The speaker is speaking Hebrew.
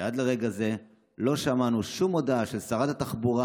עד לרגע זה לא שמענו שום הודעה של שרת התחבורה,